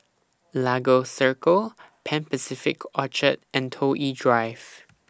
Lagos Circle Pan Pacific Orchard and Toh Yi Drive